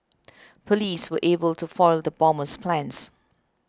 police were able to foil the bomber's plans